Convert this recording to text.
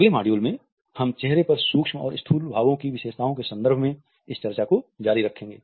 अगले मॉड्यूल में हम चेहरे पर सूक्ष्म और स्थूल भावों की विशेषताओं के संदर्भ में इस चर्चा को जारी रखेंगे